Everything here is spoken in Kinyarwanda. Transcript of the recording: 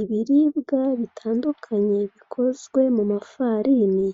Ibiribwa bitandukanye bikozwe mu mafarini,